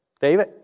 David